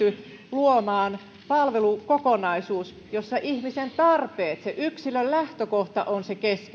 luomaan palvelukokonaisuus jossa ihmisen tarpeet se yksilön lähtökohta ovat se keskeinen asia